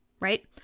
right